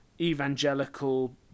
evangelical